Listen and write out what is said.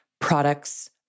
products